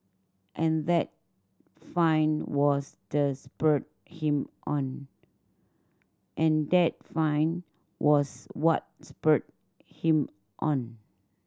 and that find was the spurred him on and that find was what spurred him on